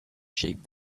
sheep